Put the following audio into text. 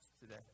today